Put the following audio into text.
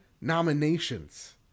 nominations